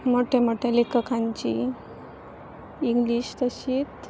मोट्या मोट्या लेखकांची इंग्लिश तशींच